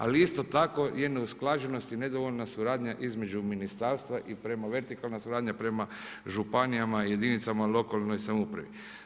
Ali isto tako je neusklađenosti i nedovoljna suradnja između ministarstva i vertikalna suradnja prema županijama, jedinicama lokalne samouprave.